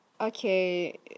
Okay